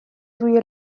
روی